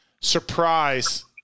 surprise